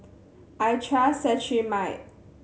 I trust Cetrimide